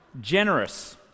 generous